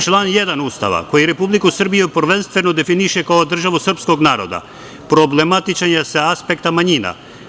Član 1. Ustava koji Republiku Srbiju prvenstveno definiše kao državu srpskog naroda problematičan je sa aspekta manjina.